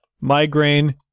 Migraine